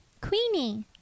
Queenie